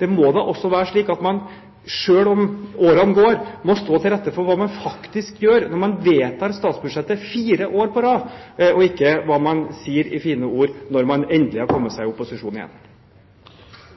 Det må da være slik at selv om årene går, må man stå til rette for hva man faktisk gjør når man vedtar statsbudsjettet fire år på rad, og ikke hva man sier i fine ord når man endelig har kommet seg i opposisjon igjen.